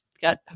got